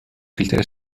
فیلتر